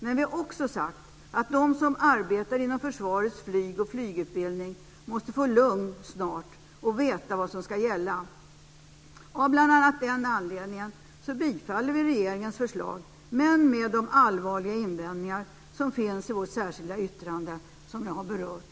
Men vi har också sagt att de som arbetar inom försvarets flyg och flygutbildning snart måste få lugn och veta vad som ska gälla. Av bl.a. den anledningen bifaller vi regeringens förslag men med de allvarliga invändningar som finns i vårt särskilda yttrande som jag har berört.